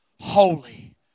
holy